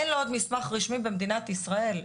אין לו עוד מסמך רשמי במדינת ישראל.